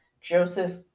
Joseph